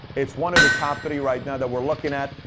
it's one of the top three right now that we're looking at.